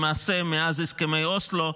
למעשה מאז הסכמי אוסלו,